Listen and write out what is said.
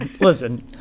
Listen